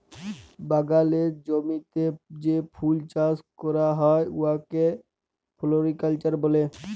বাগালের জমিতে যে ফুল চাষ ক্যরা হ্যয় উয়াকে ফোলোরিকাল্চার ব্যলে